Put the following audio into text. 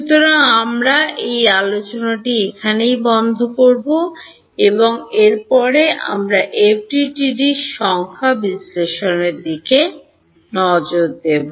সুতরাং আমরা এই আলোচনাটি এখনই বন্ধ করব এবং এরপরে আমরা FDTD র সংখ্যা বিশ্লেষণের দিকে নজর দেব